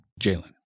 Jalen